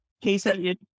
Casey